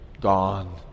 Gone